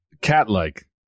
cat-like